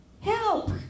Help